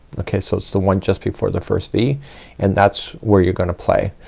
okay, so it's the one just before the first v and that's where you're gonna play.